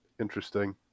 Interesting